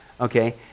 Okay